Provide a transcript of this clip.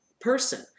person